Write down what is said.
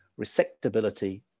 resectability